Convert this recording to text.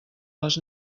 les